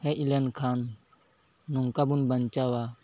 ᱦᱮᱡ ᱞᱮᱱᱠᱷᱟᱱ ᱱᱚᱝᱠᱟ ᱵᱚᱱ ᱵᱟᱧᱪᱟᱣᱟ